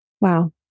Wow